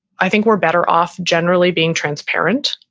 i think we're better off generally being transparent,